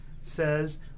says